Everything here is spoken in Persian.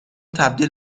تبدیل